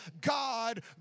God